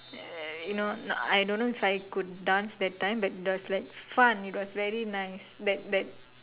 err you know I don't know if I could dance that time but it was like fun it was very nice that that